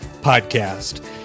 Podcast